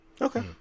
Okay